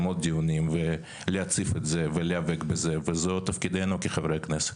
עוד דיונים ולהציף את זה ולהיאבק בזה וזה תפקידינו כחברי כנסת.